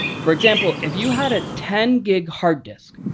for example, if you had a ten gig hard disk,